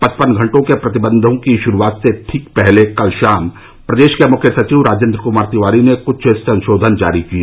पचपन घंटों के प्रतिबंधों की शुरुआत से ठीक पहले कल शाम प्रदेश के मुख्य सचिव राजेंद्र कुमार तिवारी ने कुछ संशोधन जारी किए